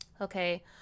okay